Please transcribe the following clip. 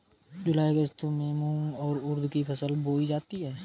जूलाई अगस्त में मूंग और उर्द की फसल बोई जाती है